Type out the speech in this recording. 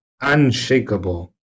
unshakable